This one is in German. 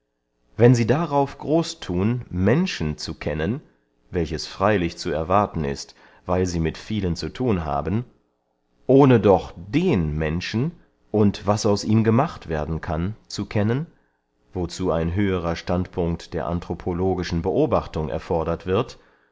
wenn sie darauf groß thun menschen zu kennen welches freylich zu erwarten ist weil sie mit vielen zu thun haben ohne doch den menschen und was aus ihm gemacht werden kann zu kennen wozu ein höherer standpunkt der anthropologischen beobachtung erfordert wird